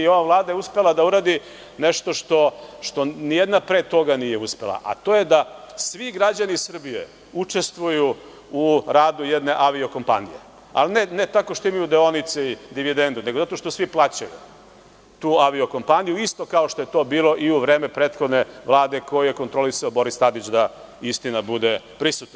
Ova Vlada je uspela da uradi nešto što nijedna pre toga nije uspela, a to je da svi građani Srbije učestvuju u radu jedne aviokompanije, ali ne tako što imaju deonice i dividendu, nego zato što svi plaćaju tu aviokompaniju, isto kao što je to bilo i u vreme prethodne Vlade koju je kontrolisao Boris Tadić, da istina bude prisutna.